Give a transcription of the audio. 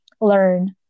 learn